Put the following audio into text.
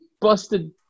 busted